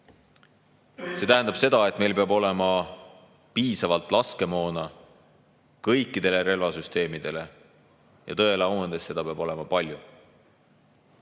See tähendab seda, et meil peab olema piisavalt laskemoona kõikidele relvasüsteemidele, ja tõele au andes, seda peab olema palju.